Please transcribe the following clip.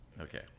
Okay